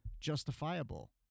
justifiable